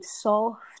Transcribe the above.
soft